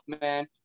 man